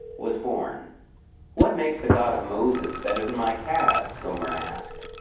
was born what makes the god of moses better than my calves? gomer asked.